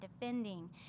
defending